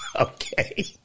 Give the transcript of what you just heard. Okay